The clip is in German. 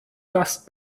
gast